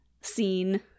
scene